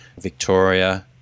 Victoria